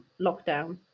lockdown